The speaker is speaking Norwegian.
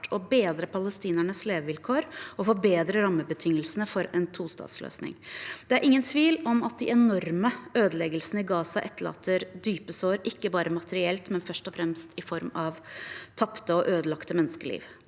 å bedre palestinernes levevilkår og forbedre rammebetingelsene for en tostatsløsning. Det er ingen tvil om at de enorme ødeleggelsene i Gaza etterlater dype sår, ikke bare materielt, men først og fremst i form av tapte og ødelagte menneskeliv.